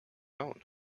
own